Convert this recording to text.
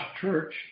church